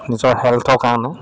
নিজৰ হেল্থৰ কাৰণেও